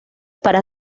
para